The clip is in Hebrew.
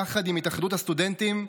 יחד עם התאחדות הסטודנטים,